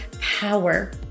power